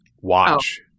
Watch